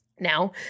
now